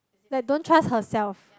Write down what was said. like don't trust herself